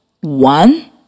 one